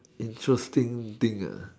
interesting thing ah